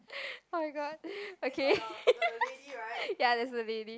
oh-my-god okay ya there's a lady